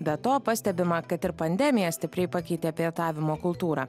be to pastebima kad ir pandemija stipriai pakeitė pietavimo kultūrą